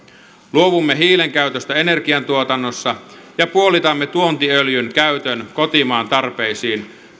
luovumme hiilen käytöstä energiantuotannossa ja puolitamme tuontiöljyn käytön kotimaan tarpeisiin